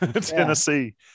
Tennessee